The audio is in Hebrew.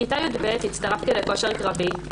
בכיתה י"ב הצטרפתי לכושר קרבי,